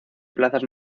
plazas